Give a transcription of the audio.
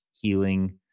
healing